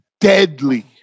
deadly